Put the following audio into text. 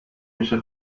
میشه